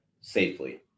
safely